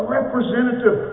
representative